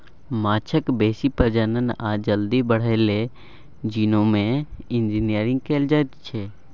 माछक बेसी प्रजनन आ जल्दी बढ़य लेल जीनोम इंजिनियरिंग कएल जाएत छै